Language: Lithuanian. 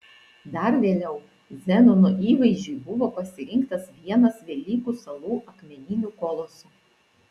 dar vėliau zenono įvaizdžiui buvo pasirinktas vienas velykų salų akmeninių kolosų